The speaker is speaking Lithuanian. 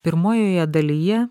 pirmojoje dalyje